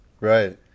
Right